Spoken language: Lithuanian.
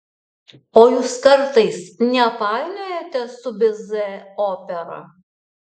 o jūs kartais nepainiojate su bizė opera